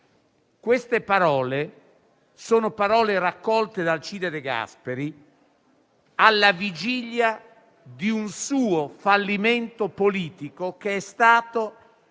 Queste sono parole raccolte da Alcide De Gasperi alla vigilia di un suo fallimento politico, che è stato